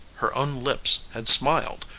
her own lips had smiled,